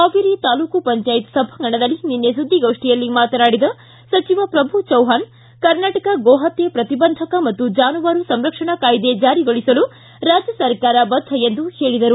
ಹಾವೇರಿ ತಾಲೂಕು ಪಂಚಾಯತ್ ಸಭಾಂಗಣದಲ್ಲಿ ನಿನ್ನೆ ಸುದ್ದಿಗೋಷ್ಠಿಯಲ್ಲಿ ಮಾತನಾಡಿದ ಸಚಿವ ಪ್ರಭು ಚವ್ನಾಣ ಕರ್ನಾಟಕ ಗೋಹತ್ತೆ ಪ್ರತಿಬಂಧಕ ಮತ್ತು ಜಾನುವಾರು ಸಂರಕ್ಷಣಾ ಕಾಯ್ದೆ ಜಾರಿಗೊಳಿಸಲು ರಾಜ್ಯ ಸರ್ಕಾರ ಬದ್ದ ಎಂದು ಹೇಳಿದರು